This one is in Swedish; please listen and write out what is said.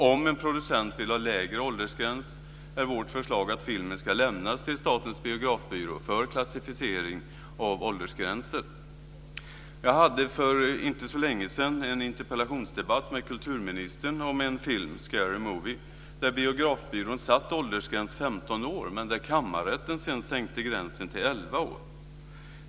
Om en producent vill ha lägre åldersgräns är vårt förslag att filmen ska lämnas till statens biografbyrå för klassificering av åldersgränser. Jag hade för inte så länge sedan en interpellationsdebatt med kulturministern om en film, Scary movie. Biografbyrån hade satt åldersgräns 15 år, men kammarrätten sänkte sedan gränsen till 11 år.